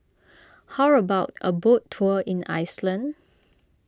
how about a boat tour in Iceland